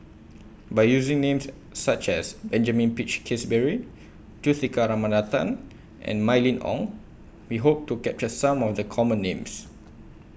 By using Names such as Benjamin Peach Keasberry Juthika Ramanathan and Mylene Ong We Hope to capture Some of The Common Names